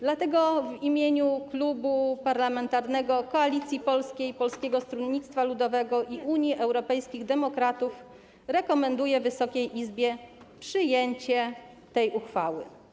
Dlatego w imieniu klubu parlamentarnego Koalicji Polskiej - Polskiego Stronnictwa Ludowego i Unii Europejskich Demokratów rekomenduję Wysokiej Izbie przyjęcie tej ustawy.